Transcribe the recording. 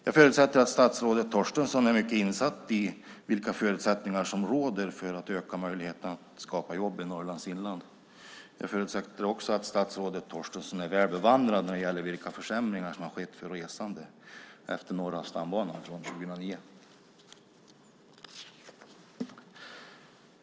Jag förutsätter att statsrådet Torstensson är väl insatt i vilka förutsättningar som råder för att öka möjligheterna att skapa jobb i Norrlands inland. Jag förutsätter också att statsrådet är väl bevandrad i vilka försämringar som har skett från 2009 för resande på Norra stambanan.